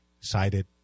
cited